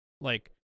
Like-